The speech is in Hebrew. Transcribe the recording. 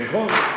נכון,